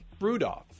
Rudolph